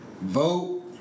vote